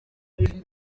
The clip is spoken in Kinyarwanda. turi